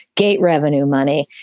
gate revenue, money.